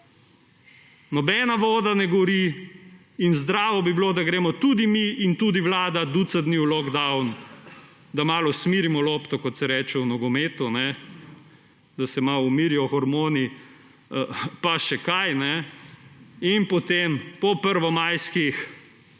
Nobena voda ne gori in zdravo bi bilo, da gremo tudi mi in tudi vlada v ducatni lockdown, da malo usmerimo lopto, kot se reče v nogometu, da se malo umirijo hormoni pa še kaj, in potem po prvomajskih